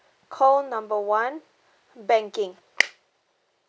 call number one banking